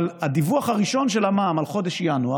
אבל הדיווח הראשון של המע"מ על חודש ינואר,